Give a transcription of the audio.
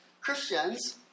Christians –